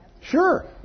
Sure